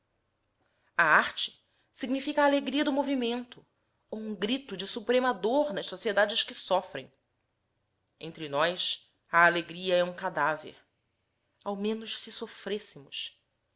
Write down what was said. a arte significa a alegria do movimento ou um grito de suprema dor nas sociedades que sofrem entre nós a alegria é um cadáver ao menos se sofrêssemos